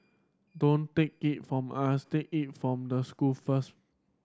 don't take it from us take it from the school first